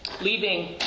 Leaving